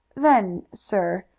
then, sir,